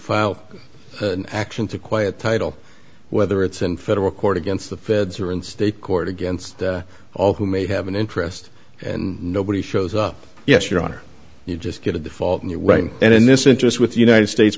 file an action to quiet title whether it's in federal court against the feds or in state court against all who may have an interest and nobody shows up yes your honor you just get a default and you're right and in this interest with the united states